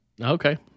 Okay